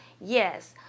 Yes